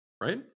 Right